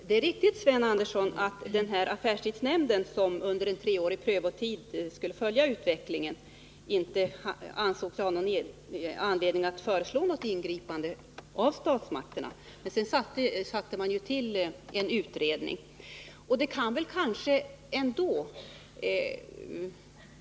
Herr talman! Det är riktigt, Sven Andersson, att den här affärstidsnämnden som under en treårig prövotid skulle följa utvecklingen inte ansåg sig ha anledning att föreslå något ingripande från statsmakternas sida. Senare tillsattes det emellertid en utredning.